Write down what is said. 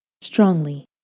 strongly